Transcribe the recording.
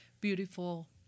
beautiful